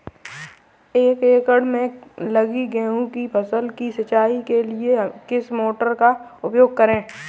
एक एकड़ में लगी गेहूँ की फसल की सिंचाई के लिए किस मोटर का उपयोग करें?